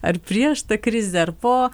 ar prieš tą krizę ar po